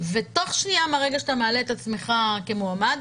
ותוך שנייה שאתה מעלה את עצמך כמועמד,